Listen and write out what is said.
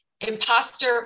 imposter